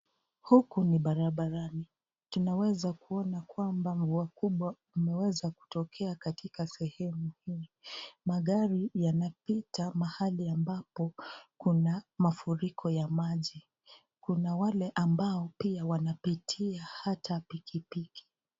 Huku ni barabarani, tunaweza kuona kwamba mvua kubwa umeweza kutokea katika sehemu hii. Magari yanapita mahali ambapo kuna mafuriko ya maji. Kuna wale ambao pia wanapitia hata pikipiki.